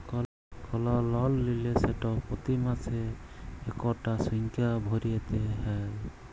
call লল লিলে সেট পতি মাসে ইকটা সংখ্যা ভ্যইরতে হ্যয়